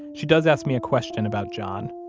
she does ask me a question about john.